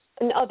No